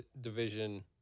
Division